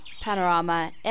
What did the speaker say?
panorama